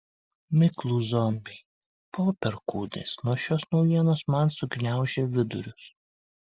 miklūs zombiai po perkūnais nuo šios naujienos man sugniaužė vidurius